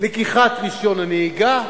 לקיחת רשיון הנהיגה,